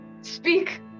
speak